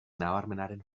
nabarmenaren